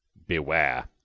beware!